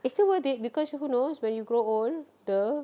it's still worth it because who knows when you grow old !duh!